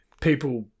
people